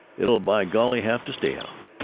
it'll by golly have to stay out!